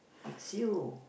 it's you